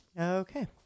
Okay